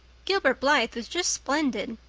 gilbert blythe was just splendid.